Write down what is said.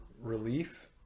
relief